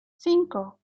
cinco